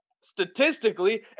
statistically